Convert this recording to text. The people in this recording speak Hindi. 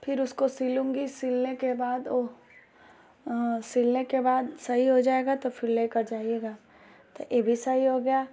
फिर उसको सिलूँगी सिलने के बाद वह सिलने के बाद सही हो जाएगा तो फिर लेकर जाइएगा तो यह भी सही हो गया